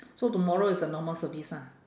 so tomorrow is the normal service lah